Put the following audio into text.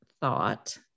thought